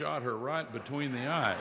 shot her right between the ye